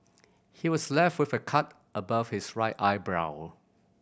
he was left with a cut above his right eyebrow